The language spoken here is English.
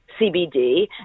CBD